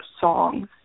songs